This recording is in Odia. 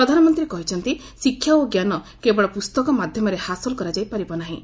ପ୍ରଧାନମନ୍ତ୍ରୀ କହିଛନ୍ତି ଶିକ୍ଷା ଓ ଜ୍ଞାନ କେବଳ ପୁସ୍ତକ ମାଧ୍ୟମରେ ହାସଲ କରାଯାଇପାରିବ ନାହିଁ